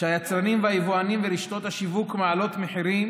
כשהיצרנים והיבואנים ורשתות השיווק מעלים מחירים